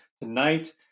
tonight